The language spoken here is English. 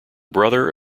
brother